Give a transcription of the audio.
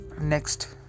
Next